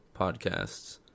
podcasts